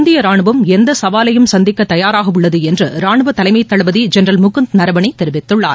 இந்திய ராணுவம் எந்த சவாலையும் சந்திக்க தயாராக உள்ளது என்று ராணுவ தலைமை தளபதி ஜெனரல் முகுந்த் நரவனே தெரிவித்துள்ளார்